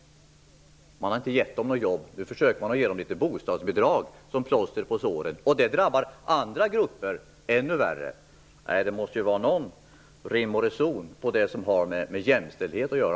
Man har inte gett dem några jobb, och nu försöker man ge dem litet bostadsbidrag som plåster på såren. Detta drabbar andra grupper ännu värre. Det måste väl vara någon rim och reson också på det som har med jämställdhet att göra.